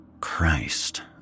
Christ